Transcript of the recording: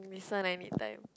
this one I need time